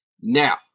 Now